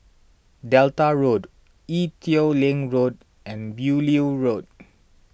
Delta Road Ee Teow Leng Road and Beaulieu Road